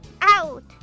Out